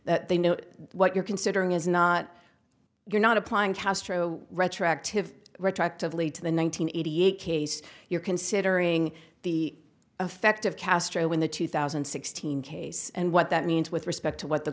that they know what you're considering is not you're not applying castro retroactive retroactively to the one nine hundred eighty eight case you're considering the effect of castro in the two thousand and sixteen case and what that means with respect to what the